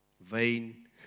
vain